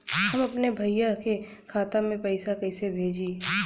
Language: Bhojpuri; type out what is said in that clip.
हम अपने भईया के खाता में पैसा कईसे भेजी?